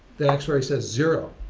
the actuary says zero.